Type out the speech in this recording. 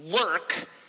work